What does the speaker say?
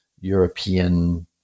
European